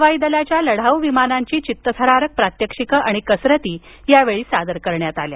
हवाई दलाच्या लढाऊ विमानांची चित्तथरारक प्रात्यक्षिक आणि कसरती यावेळी सादर करण्यात आल्या